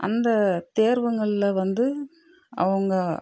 அந்த தேர்வுகள்ல வந்து அவங்க